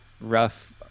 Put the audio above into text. rough